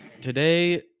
today